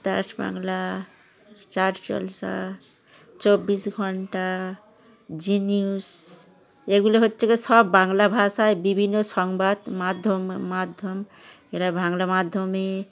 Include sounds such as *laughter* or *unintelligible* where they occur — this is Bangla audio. *unintelligible* বাংলা স্টার জলসা চব্বিশ ঘন্টা জি নিউজ এগুলো হচ্ছে সব বাংলা ভাষায় বিভিন্ন সংবাদ মাধ্যম মাধ্যম এরা বাংলা মাধ্যমে